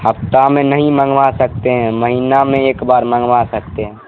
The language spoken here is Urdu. ہفتہ میں نہیں منگوا سکتے ہیں مہینہ میں ایک بار منگوا سکتے ہیں